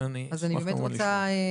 ואני אשמח כמובן לשמוע.